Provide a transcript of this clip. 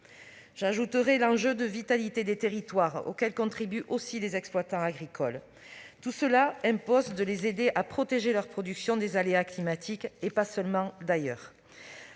J'y ajouterai l'enjeu de vitalité des territoires auquel contribuent aussi les exploitants agricoles. Tout cela impose de les aider à protéger leur production des aléas climatiques, mais pas seulement.